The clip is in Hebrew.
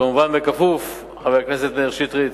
כמובן בכפוף, חבר הכנסת מאיר שטרית,